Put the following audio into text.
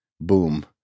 boom